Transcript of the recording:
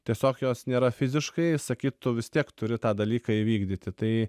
tiesiog jos nėra fiziškai sakytų vis tiek turi tą dalyką įvykdyti tai